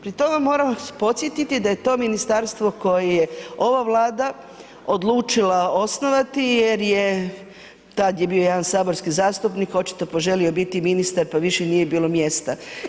Pri tome moram vas podsjetiti da je to ministarstvo koje je ova Vlada odlučila osnovati jer je tada je bio jedan saborskih zastupnik očito poželio biti ministar pa više nije bilo mjesta.